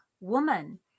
woman